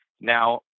Now